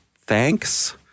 thanks